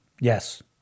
Yes